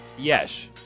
Yes